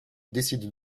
décide